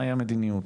מהי המדיניות,